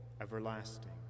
everlasting